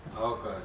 Okay